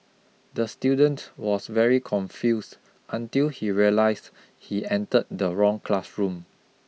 the student was very confused until he realised he entered the wrong classroom